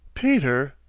peter,